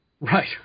Right